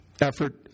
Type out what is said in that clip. effort